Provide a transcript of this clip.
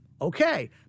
Okay